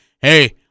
hey